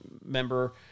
member